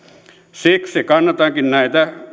siksi kannatankin näitä